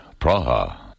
Praha